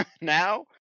now